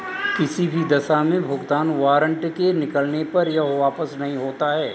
किसी भी दशा में भुगतान वारन्ट के निकलने पर यह वापस नहीं होता है